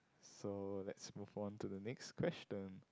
so let's move on to the next question